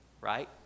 right